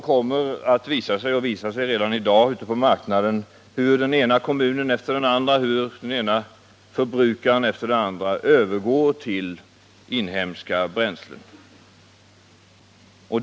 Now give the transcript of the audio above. Redan i dag visar det sig ute på marknaden hur den ena kommunen efter den andra och den ena förbrukaren efter den andra övergår till inhemska bränslen.